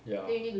ya